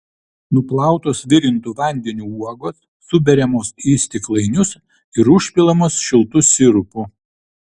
nuplautos virintu vandeniu uogos suberiamos į stiklainius ir užpilamos šiltu sirupu